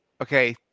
Okay